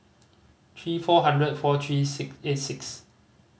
three four hundred four three eight six